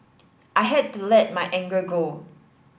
I had to let my anger go